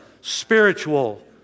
spiritual